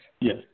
Yes